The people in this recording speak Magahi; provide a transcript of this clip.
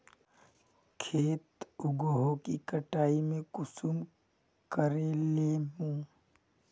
खेत उगोहो के कटाई में कुंसम करे लेमु?